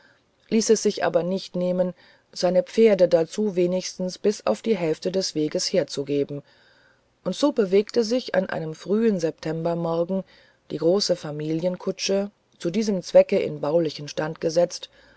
ließ es sich aber nicht nehmen seine pferde dazu wenigstens bis auf die hälfte des weges herzugeben und so bewegte sich an einem frühen septembermorgen die große familienkutsche zu diesem zwecke in baulichen stand gesetzt